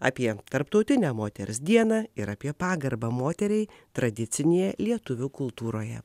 apie tarptautinę moters dieną ir apie pagarbą moteriai tradicinėje lietuvių kultūroje